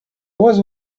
was